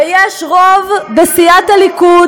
איזה היסטוריה?